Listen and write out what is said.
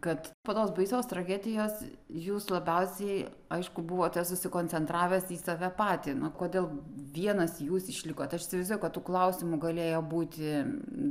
kad po tos baisios tragedijos jūs labiausiai aišku buvote susikoncentravęs į save patį na kodėl vienas jūs išlikot aš įsivaizduoju kad tų klausimų galėjo būti